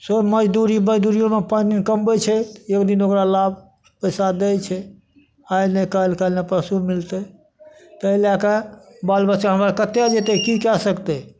सब मजदूरी मजदूरियोमे पाइ नहि कमबै छै ओहिदिन ओकरा लाभ पैसा दै छै आइ ने काल्हि काल्हि नहि परसु मिलतै तै लएकए बाल बच्चा हमर कतए जेतै की कए सकतै